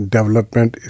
Development